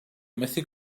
methu